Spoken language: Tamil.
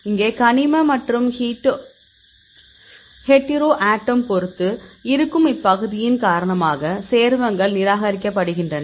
இங்கே கனிம மற்றும் ஹீட்டோரோடோமைப் பொறுத்து இருக்கும் இப்பகுதியின் காரணமாக சேர்மங்கள் நிராகரிக்கப்படுகின்றன